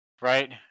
right